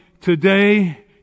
Today